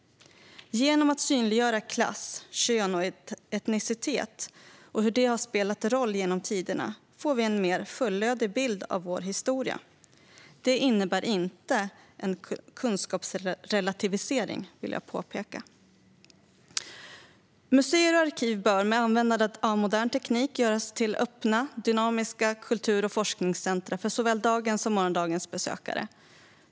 Genom att synliggöra klass, kön och etnicitet och hur det har spelat roll genom tiderna får vi en mer fullödig bild av vår historia. Låt mig påpeka att det inte innebär en kunskapsrelativisering. Museer och arkiv bör, med användande av modern teknik, göras till öppna, dynamiska kultur och forskningscentrum för såväl dagens som morgondagens besökare.